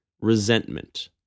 resentment